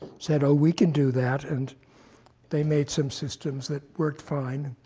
said, oh, we can do that. and they made some systems that worked fine.